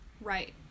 Right